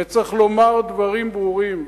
וצריך לומר דברים ברורים.